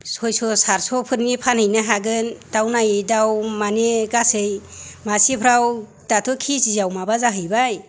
सयस' साटस'फोरनि फानहैनो हागोन दाउ नायै दाउ माने गासै मासेफोराव दाथ' केजिआव माबा जाहैबाय